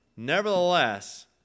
Nevertheless